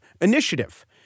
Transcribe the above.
initiative